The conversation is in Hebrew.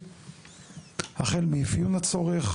החל מאפיון הצורך,